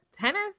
Tennis